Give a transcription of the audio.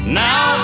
now